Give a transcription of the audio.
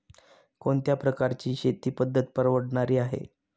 कोणत्या प्रकारची शेती पद्धत परवडणारी आहे?